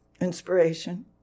inspiration